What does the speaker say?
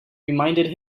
reminded